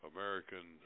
American